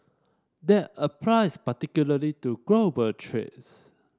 that applies particularly to global trace